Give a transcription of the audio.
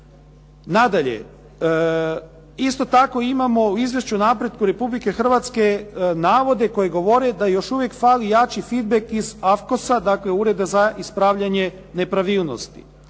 Nadalje, isto tako imamo u izvješću o napretku Republike Hrvatske navode koji govore da još uvijek fali jači Fidbek iz AFCOS-a, dakle ureda za ispravljanje nepravilnosti.